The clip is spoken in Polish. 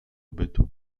bytu